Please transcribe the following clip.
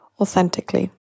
authentically